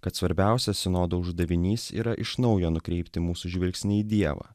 kad svarbiausias sinodo uždavinys yra iš naujo nukreipti mūsų žvilgsnį į dievą